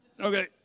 Okay